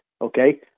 okay